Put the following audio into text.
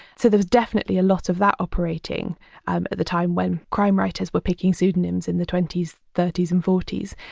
so there's definitely a lot of that operating at the time when crime writers were picking pseudonyms in the nineteen twenty s, thirty s and forty s,